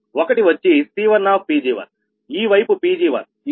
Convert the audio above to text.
ఒకటి వచ్చి C1ఈ వైపు Pg1ఇంకొకటి వచ్చి C2